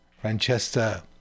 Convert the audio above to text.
Francesca